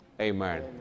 Amen